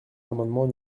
l’amendement